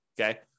okay